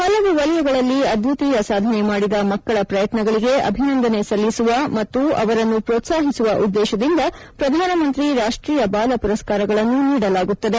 ಹಲವು ವಲಯಗಳಲ್ಲಿ ಅದ್ವಿತೀಯ ಸಾಧನೆ ಮಾಡಿದ ಮಕ್ಕಳ ಪ್ರಯತ್ನಗಳಿಗೆ ಅಭಿನಂದನೆ ಸಲ್ಲಿಸುವ ಮತ್ತು ಅವರನ್ನು ಪ್ರೋತ್ಸಾಹಿಸುವ ಉದ್ದೇಶದಿಂದ ಪ್ರಧಾನಮಂತ್ರಿ ರಾಷ್ಟೀಯ ಬಾಲ ಪುರಸ್ಕಾರಗಳನ್ನು ನೀಡಲಾಗುತ್ತದೆ